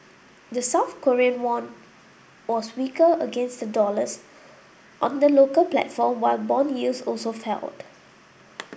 the South Korean won was weaker against the dollars on the local platform while bond yields also felt